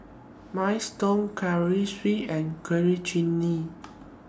Minestrone Currywurst and Coriander Chutney